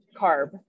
carb